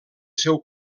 seu